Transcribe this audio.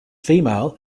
female